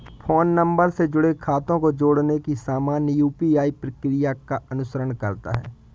phone number से जुड़े खातों को जोड़ने की सामान्य यू.पी.आई प्रक्रिया का अनुसरण करता है